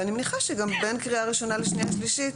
אני מניחה שגם בין קריאה ראשונה לשנייה ושלישית,